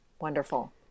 Wonderful